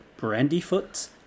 Brandyfoot